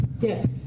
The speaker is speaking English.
Yes